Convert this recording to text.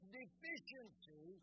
deficiency